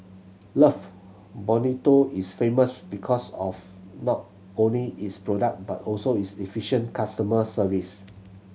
love Bonito is famous because of not only its product but also its efficient customer service